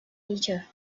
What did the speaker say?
nature